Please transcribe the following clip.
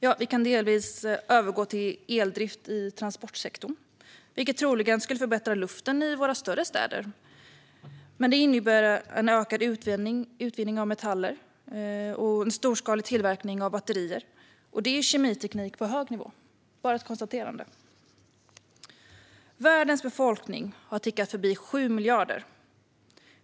Ja, vi kan delvis övergå till eldrift i transportsektorn, vilket troligen skulle förbättra luften i våra större städer. Men det innebär en ökad utvinning av metaller och en storskalig tillverkning av batterier. Det är kemiteknik på hög nivå. Det är bara ett konstaterande. Världens befolkning har tickat förbi sju miljarder.